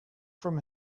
from